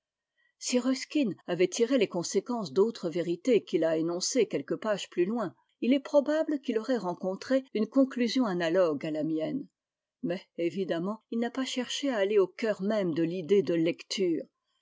ruskin avait tiré er s conséquences d'autres vérités qu'il a énoncées quelques pages plus loin il est probable qu'il aurait rencontré une conclusion analogue à la mienne mais évidemment il n'a pas cherché à aller au cœur même de l'idée de lecture